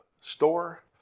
store